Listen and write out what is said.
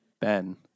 Ben